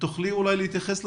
האם תוכלי להתייחס לזה?